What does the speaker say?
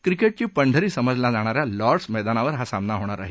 क्रिके ब्री पंढरी समजल्या जाणाऱ्या लॉर्ड्स मैदानावर हा सामना होणार आहे